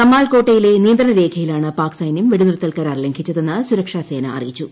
കമാൽക്കോട്ടെയിലെ നിയന്ത്രണ രേഖയിലാണ് പാക്സൈനൃം വെടിനിർത്തൽ കരാർ ലംഘിച്ചതെന്ന് സുരക്ഷാ സേന അറിയിച്ചു